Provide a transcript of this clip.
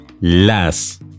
las